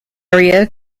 area